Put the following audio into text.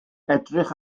edrych